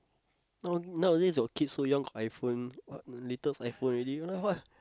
now nowadays your kids so young got iPhone what latest iPhone already !walao! what